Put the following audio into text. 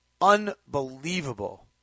unbelievable